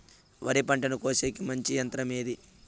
వరి పంటను కోసేకి మంచి యంత్రం ఏది?